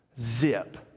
zip